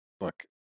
look